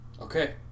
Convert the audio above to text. Okay